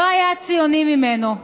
לא היה ציוני ממנו.